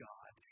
God